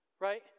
Right